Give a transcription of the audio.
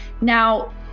Now